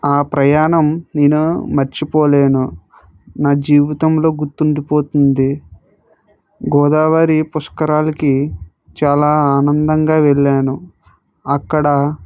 ఆ ప్రయాణం నేను మర్చిపోలేను నా జీవితంలో గుర్తుండిపోతుంది గోదావరి పుష్కరాలకి చాలా ఆనందంగా వెళ్లాను అక్కడ